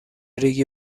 ریگی